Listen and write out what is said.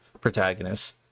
protagonists